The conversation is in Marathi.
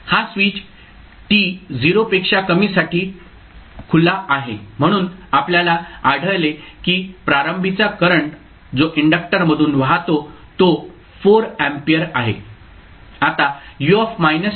हा स्विच t 0 पेक्षा कमी साठी खुला आहे म्हणून आपल्याला आढळले की प्रारंभीचा करंट जो इंडक्टर मधून वाहतो तो 4 अँपीयर आहे